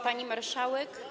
Pani Marszałek!